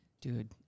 Dude